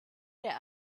der